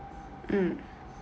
mm